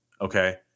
Okay